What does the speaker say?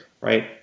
right